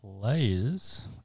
players